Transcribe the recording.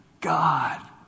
God